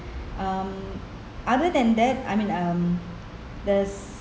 um other than that I mean um this